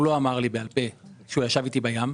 לא אמר לי בעל פה כשהוא ישב איתי בים,